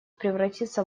превратиться